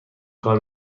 کار